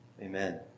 Amen